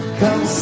come